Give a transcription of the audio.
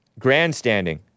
Grandstanding